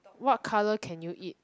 what colour can you eat